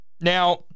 Now